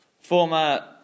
Former